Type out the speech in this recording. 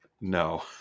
No